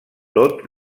tot